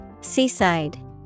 Seaside